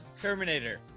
Terminator